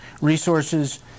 resources